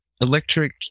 Electric